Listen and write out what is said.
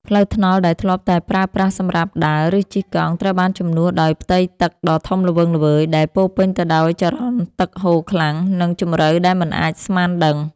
ផ្លូវថ្នល់ដែលធ្លាប់តែប្រើប្រាស់សម្រាប់ដើរ ឬជិះកង់ ត្រូវបានជំនួសដោយផ្ទៃទឹកដ៏ធំល្វឹងល្វើយ ដែលពោរពេញទៅដោយចរន្តទឹកហូរខ្លាំង និងជម្រៅដែលមិនអាចស្មានដឹង។